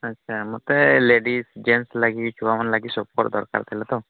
ଆଚ୍ଛା ମୋତେ ladies gents ଲାଗି ଛୁଆମାନ ଲାଗି ଦରକାର ଥିଲା ତ